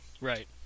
Right